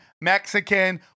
Mexican